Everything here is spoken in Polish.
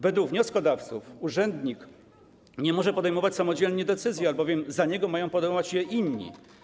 Według wnioskodawców urzędnik nie może podejmować samodzielnie decyzji, albowiem za niego mają podejmować je inni.